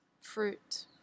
fruit